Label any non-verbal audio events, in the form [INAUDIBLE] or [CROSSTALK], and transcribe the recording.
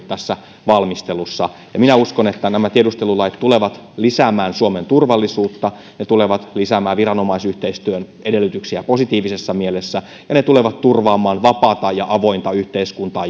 [UNINTELLIGIBLE] tässä valmistelussa minä uskon että nämä tiedustelulait tulevat lisäämään suomen turvallisuutta ne tulevat lisäämään viranomaisyhteistyön edellytyksiä positiivisessa mielessä ja ja ne tulevat turvaamaan vapaata ja avointa yhteiskuntaa [UNINTELLIGIBLE]